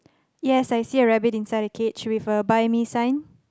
yes I see a rabbit inside a cage with a buy me sign